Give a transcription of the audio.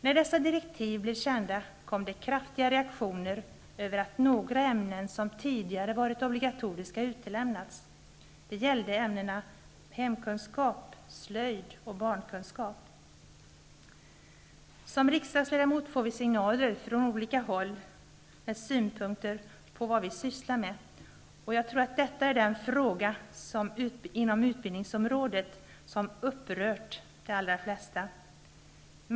När dessa direktiv blev kända kom det kraftiga reaktioner över att några ämnen som tidigare varit obligatoriska utelämnats. Det gällde ämnena hemkunskap, slöjd och barnkunskap. Som riksdagsledamöter får vi signaler från olika håll med synpunkter på vad vi sysslar med. Jag tror att detta är den fråga inom utbildningsområdet som upprört de allra flesta.